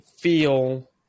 feel